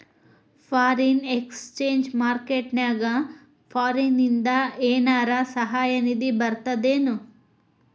Foreign exchange market ನ್ಯಾಗ ಫಾರಿನಿಂದ ಏನರ ಸಹಾಯ ನಿಧಿ ಬರ್ತದೇನು?